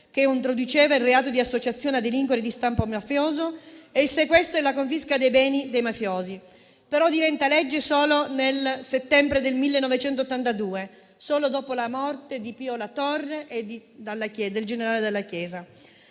che introduceva il reato di associazione a delinquere di stampo mafioso e il sequestro e la confisca dei beni dei mafiosi. Il testo, però, diventa legge solo nel settembre del 1982, solo dopo la morte di Pio La Torre e del generale Dalla Chiesa.